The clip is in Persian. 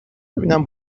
ببینم